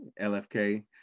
LFK